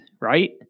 right